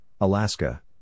Alaska